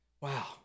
Wow